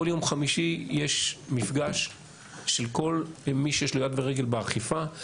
כל יום חמישי מתנהל מפגש של כל מי שיש לו יד ורגל באכיפה,